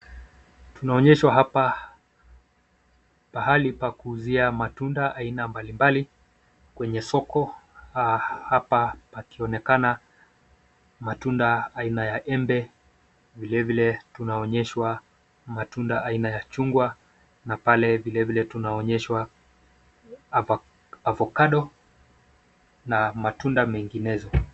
Tunaonyeshwa hapa pahali pa kuuzia matunda aina mbali mbali kwenye soko hapa pakionekana matunda aina ya embe vile vile tunaonyeshwa matunda aina ya chungwa na pale vile vile tunaonyeshwa avocado na matunda menginezo.